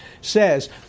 says